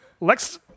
Lex